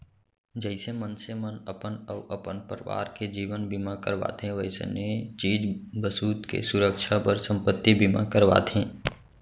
जइसे मनसे मन अपन अउ अपन परवार के जीवन बीमा करवाथें वइसने चीज बसूत के सुरक्छा बर संपत्ति बीमा करवाथें